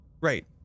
right